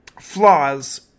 flaws